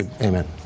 amen